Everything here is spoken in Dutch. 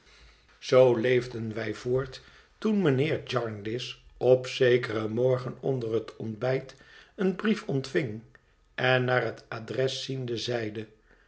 zoo leefden wij voort toen mijnheer jarndyce op zekeren morgen onder het ontbijt een brief ontving en naar het adres ziende zeide